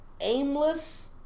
Aimless